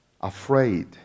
afraid